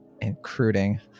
including